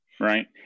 Right